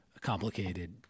complicated